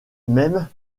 mêmes